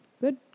Good